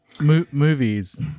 movies